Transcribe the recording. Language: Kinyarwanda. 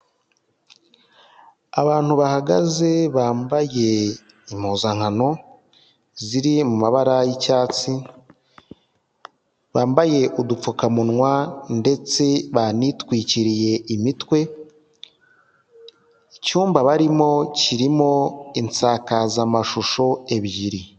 Abantu bahagaze bambaye impuzankano ziri mu mabara y'icyatsi, bambaye udupfukamunwa ndetse banitwikiriye imitwe, icyumba barimo kirimo insakazamashusho ebyiri.